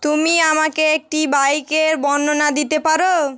তুমি আমাকে একটি বাইকের বর্ণনা দিতে পারো